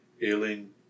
ailing